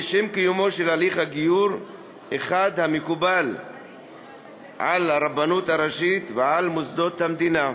לשם קיומו של הליך גיור אחד המקובל על הרבנות הראשית ועל מוסדות המדינה,